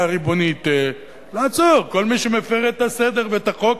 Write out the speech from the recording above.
ריבונית לעצור כל מי שמפר את הסדר ואת החוק,